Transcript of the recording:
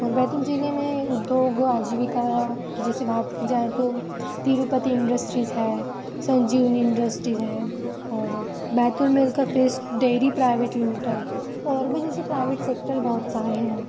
और बैतुल ज़िले में उद्योग आजीविका की जैसे बात की जाए तो तिरुपति इंडस्ट्रीज़ है संजीवनी इंडस्ट्रीज़ है और बैतुल मिल का फेस डेयरी प्राइवेट लिमिटेड और भी जैसे प्राइवेट सेक्टर बहहुत सारे हैं